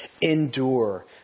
endure